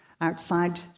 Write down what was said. outside